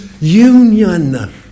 union